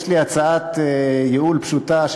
יש לי הצעת ייעול פשוטה,